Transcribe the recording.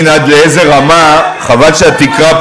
אני חושבת שכבוד השר שמע את דעתכם,